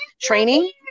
training